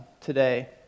today